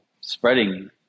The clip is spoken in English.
spreading